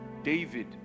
David